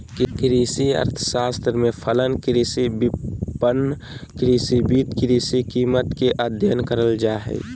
कृषि अर्थशास्त्र में फलन, कृषि विपणन, कृषि वित्त, कृषि कीमत के अधययन करल जा हइ